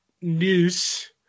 news